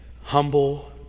Humble